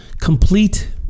complete